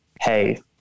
hey